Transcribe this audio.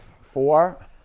four